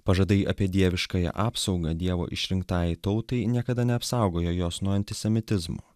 pažadai apie dieviškąją apsaugą dievo išrinktajai tautai niekada neapsaugojo jos nuo antisemitizmo